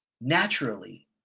naturally